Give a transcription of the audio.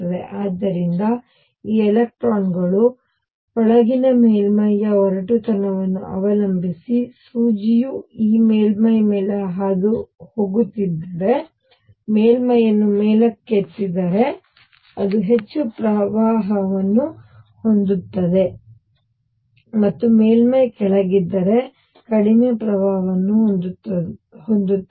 ಆದ್ದರಿಂದ ಈ ಎಲೆಕ್ಟ್ರಾನ್ಗಳು ಒಳಗಿನ ಮೇಲ್ಮೈಯ ಒರಟುತನವನ್ನು ಅವಲಂಬಿಸಿ ಸೂಜಿಯು ಈ ಮೇಲ್ಮೈ ಮೇಲೆ ಹಾದು ಹೋಗುತ್ತಿದ್ದರೆ ಮೇಲ್ಮೈಯನ್ನು ಮೇಲಕ್ಕೆತ್ತಿದರೆ ಅದು ಹೆಚ್ಚು ಪ್ರವಾಹವನ್ನು ಹೊಂದಿರುತ್ತದೆ ಮತ್ತು ಮೇಲ್ಮೈ ಕೆಳಗಿದ್ದರೆ ಕಡಿಮೆ ಪ್ರವಾಹವನ್ನು ಹೊಂದಿರುತ್ತದೆ